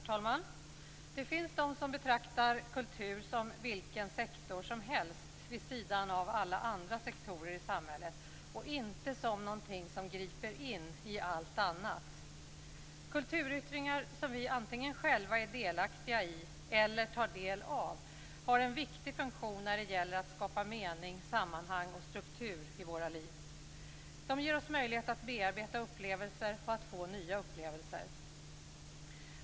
Herr talman! Det finns de som betraktar kultur som vilken sektor som helst vid sidan av alla andra sektorer i samhället och inte som någonting som griper in i allt annat. Kulturyttringar som vi antingen själva är delaktiga i eller tar del av har en viktig funktion när det gäller att skapa mening, sammanhang och struktur i våra liv. De ger oss möjlighet att bearbeta upplevelser och att få nya upplevelser.